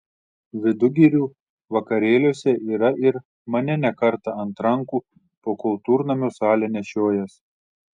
vidugirių vakarėliuose yra ir mane ne kartą ant rankų po kultūrnamio salę nešiojęs